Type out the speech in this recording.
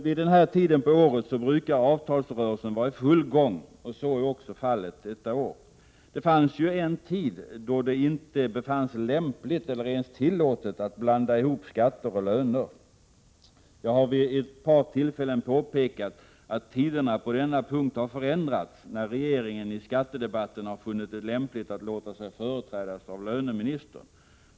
Vid den här tiden på året brukar avtalsrörelsen vara i full gång, och så är också fallet detta år. Det fanns ju en tid då det inte befanns lämpligt eller ens tillåtet att blanda ihop skatter och löner. Jag har vid ett par tillfällen påpekat att tiderna på denna punkt har förändrats när regeringen i skattedebatten har funnit det lämpligt att låta sig företrädas av löneministern.